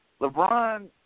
LeBron